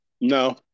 No